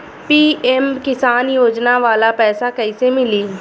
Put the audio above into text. PM Kisan योजना वाला पैसा कईसे मिली?